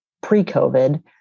pre-COVID